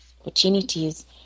opportunities